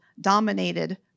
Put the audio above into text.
dominated